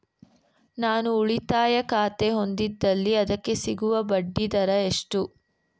ನಾನು ಉಳಿತಾಯ ಖಾತೆ ಹೊಂದಿದ್ದಲ್ಲಿ ಅದಕ್ಕೆ ಸಿಗುವ ಬಡ್ಡಿ ದರ ಎಷ್ಟು?